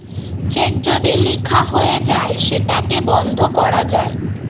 check যদি লিখা হয়ে যায় সেটাকে বন্ধ করা যায়